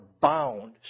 bound